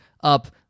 up